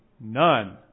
None